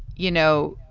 you know,